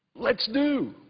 let's do,